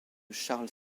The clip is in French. charles